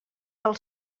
del